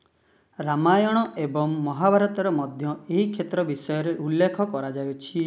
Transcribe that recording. ରାମାୟଣ ଏବଂ ମହାଭାରତରେ ମଧ୍ୟ ଏହି କ୍ଷେତ୍ର ବିଷୟରେ ଉଲ୍ଲେଖ କରାଯାଇଛି